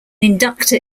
inductor